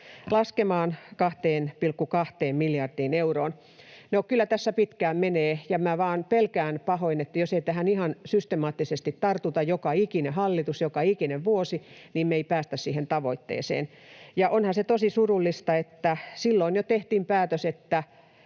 laskemaan 2,2 miljardiin euroon. No, kyllä tässä pitkään menee, ja minä vain pelkään pahoin, että jos ei tähän ihan systemaattisesti tartuta — joka ikinen hallitus, joka ikinen vuosi — niin me ei päästä siihen tavoitteeseen. Ja onhan se tosi surullista, että silloin jo tehtiin päätös, että